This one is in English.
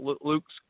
Luke's